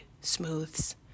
smooths